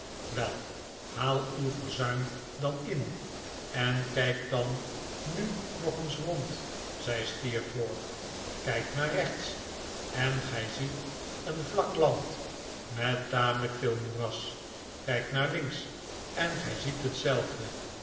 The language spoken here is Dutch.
wel haal uw verzuim dan in en kijk dan nu nog eens rond zei steerforth kijk naar rechts en gij ziet een vlak land met tamelijk veel moeras kijk naar links en gij ziet hetzelfde